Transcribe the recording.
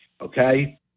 okay